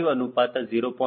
5 ಅನುಪಾತ 0